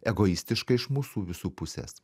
egoistiška iš mūsų visų pusės